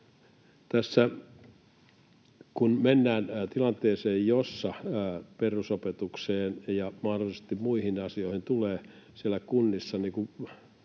kun mennään tilanteeseen, jossa perusopetukseen ja mahdollisesti muihin asioihin tulee siellä